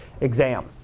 exam